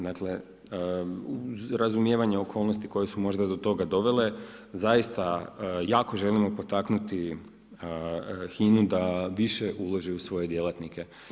Dakle, uz razumijevanje okolnosti koje su možda do toga dovele, zaista jako želimo potaknuti HINA-u da više uloži u svoje djelatnike.